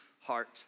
heart